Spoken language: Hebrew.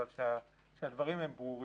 אבל כשהדברים הם ברורים.